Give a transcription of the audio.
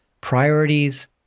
priorities